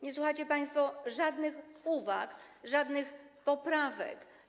Nie słuchacie państwo żadnych uwag, nie ma żadnych poprawek.